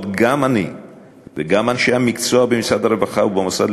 גם אני וגם אנשי המקצוע במשרד הרווחה ובמוסד לביטוח